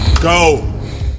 Go